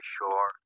sure